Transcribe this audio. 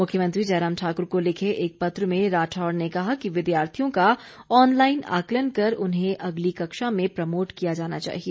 मुख्यमंत्री जयराम ठाकुर को लिखे एक पत्र में राठौर ने कहा कि विद्यार्थियों का ऑनलाईन आकलन कर उन्हें अगली कक्षा में प्रमोट किया जाना चाहिए